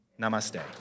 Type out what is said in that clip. Namaste